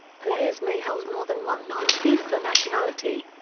players may hold more than one non-fifa nationality.